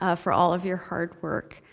ah for all of your hard work.